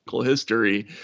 history